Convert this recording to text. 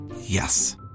Yes